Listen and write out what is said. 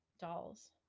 dolls